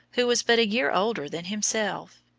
who was but a year older than himself.